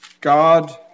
God